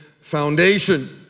foundation